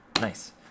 nice